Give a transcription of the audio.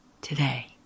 today